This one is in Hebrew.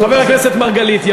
חבר הכנסת מרגלית,